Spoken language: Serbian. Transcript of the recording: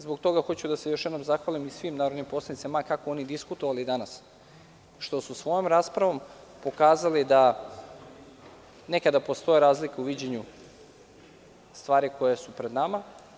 Zbog toga hoću da se još jednom zahvalim svim narodnim poslanicima, ma kako oni diskutovali danas, što su svojom raspravom pokazali da nekada postoje razlike u viđenju stvari koje su pred nama.